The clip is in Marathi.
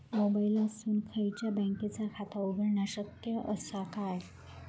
मोबाईलातसून खयच्याई बँकेचा खाता उघडणा शक्य असा काय?